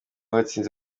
watsinze